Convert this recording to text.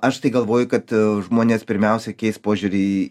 aš tai galvoju kad a žmonės pirmiausia keis požiūrį